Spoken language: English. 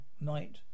night